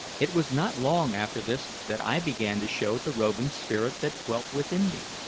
it was not long after this that i began to show the roving spirit that dwelt within me.